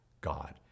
God